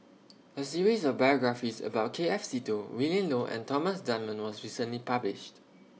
A series of biographies about K F Seetoh Willin Low and Thomas Dunman was recently published